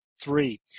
Three